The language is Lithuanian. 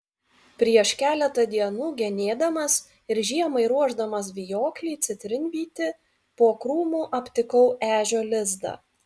prieš keletą dienų genėdamas ir žiemai ruošdamas vijoklį citrinvytį po krūmu aptikau ežio lizdą